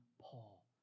Paul